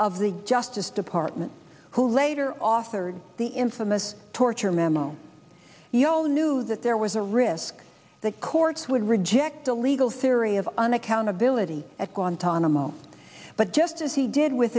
of the justice department who later authored the infamous torture memo you know knew that there was a risk that courts would reject the legal theory of unaccountability at guantanamo but just as he did with